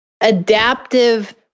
adaptive